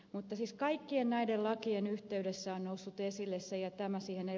mutta siis kaikkien näiden lakien yhteydessä on noussut esille se ja tämä siihen ed